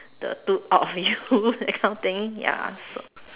the two uh uh you know that kind of thing ya so